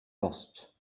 lost